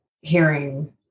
hearing